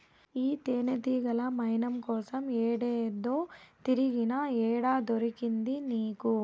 ఈ తేనెతీగల మైనం కోసం ఏడేడో తిరిగినా, ఏడ దొరికింది నీకు